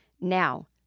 Now